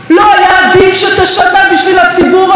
לא היה עדיף שתשנה בשביל הציבור הזה